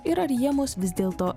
ir ar jie mus vis dėlto